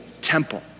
temple